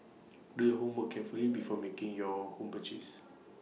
do your homework carefully before making your home purchases